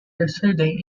yesterday